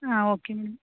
ಹಾಂ okay madam